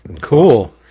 Cool